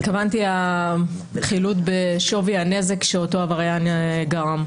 התכוונתי החילוט בשווי הנזק שאותו עבריין גרם.